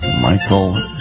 Michael